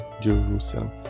Jerusalem